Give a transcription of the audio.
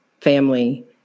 family